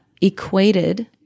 equated